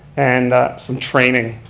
and some training.